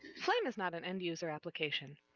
flame is not an end-user application.